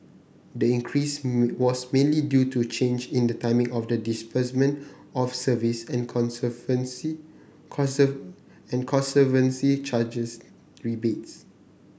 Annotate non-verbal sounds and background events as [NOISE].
the increase was mainly due to a change in the timing of the disbursement of service and [UNINTELLIGIBLE] conservancy charges rebates